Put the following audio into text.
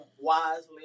wisely